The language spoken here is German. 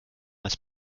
als